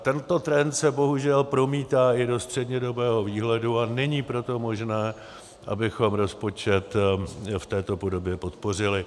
Tento trend se bohužel promítá i do střednědobého výhledu, a není proto možné, abychom rozpočet v této podobě podpořili.